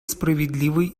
справедливой